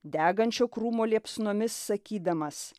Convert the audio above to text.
degančio krūmo liepsnomis sakydamas